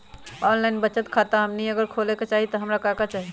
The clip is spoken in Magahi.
ऑनलाइन बचत खाता हमनी अगर खोले के चाहि त हमरा का का चाहि?